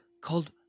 called